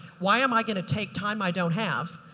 why am i going to take time i don't have.